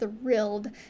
thrilled